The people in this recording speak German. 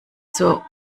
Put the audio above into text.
zur